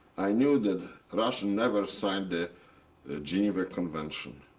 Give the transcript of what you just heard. i knew that russia never signed the the geneva convention.